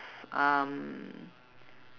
um